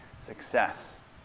success